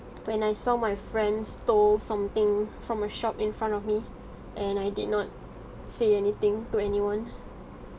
when I saw my friend stole something from a shop in front of me and I did not say anything to anyone